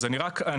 בבקשה.